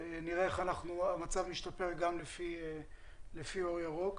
נראה איך המצב משתפר גם לפי "אור ירוק".